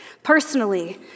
personally